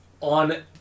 on